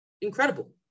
Incredible